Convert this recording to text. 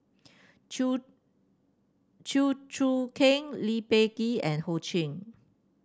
Chew Chew Choo Keng Lee Peh Gee and Ho Ching